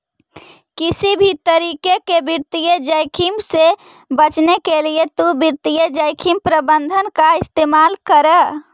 किसी भी तरीके के वित्तीय जोखिम से बचने के लिए तु वित्तीय जोखिम प्रबंधन का इस्तेमाल करअ